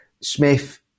Smith